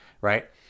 right